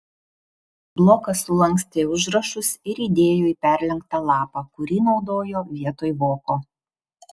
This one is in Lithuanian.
blokas sulankstė užrašus ir įdėjo į perlenktą lapą kurį naudojo vietoj voko